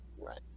Right